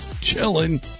chilling